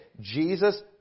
Jesus